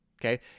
Okay